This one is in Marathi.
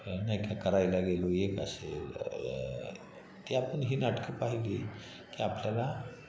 नाही का करायला गेलो एक असेल ते आपण ही नाटकं पाहिली की आपल्याला